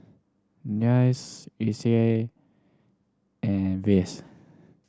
NUS ISEA and RVHS